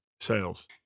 sales